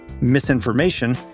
misinformation